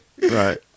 right